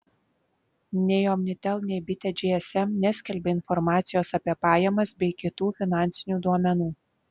nei omnitel nei bitė gsm neskelbia informacijos apie pajamas bei kitų finansinių duomenų